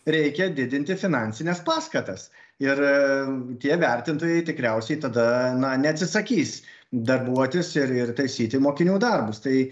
reikia didinti finansines paskatas ir tie vertintojai tikriausiai tada na neatsisakys darbuotis ir ir taisyti mokinių darbus tai